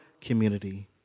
community